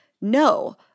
no